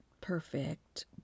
perfect